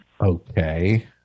Okay